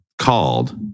Called